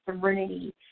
serenity